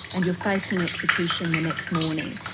and you're facing execution the next morning.